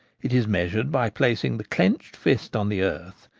it is measured by placing the clenched fist on the earth,